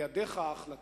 בידיך ההחלטה.